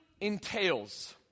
entails